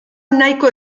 nahiko